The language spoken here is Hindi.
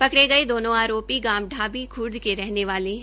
पकड़े गये दोनों आरोपी गांव ढाबी खूर्द के रहने वाले है